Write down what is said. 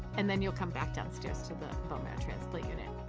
and then you'll come back downstairs to the bone marrow transplant unit.